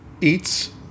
eats